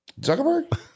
Zuckerberg